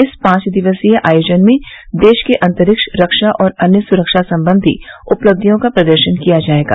इस पांच दिवसीय आयोजन में देश के अंतरिक्ष रक्षा और अन्य सुरक्षा सम्बंधी उपलब्धियों का प्रदर्शन किया जायेगा